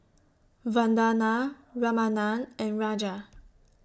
Vandana Ramanand and Raja